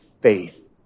faith